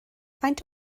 faint